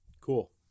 Cool